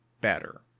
better